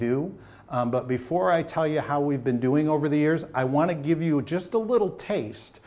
do but before i tell you how we've been doing over the years i want to give you just a little taste